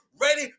ready